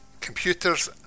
computers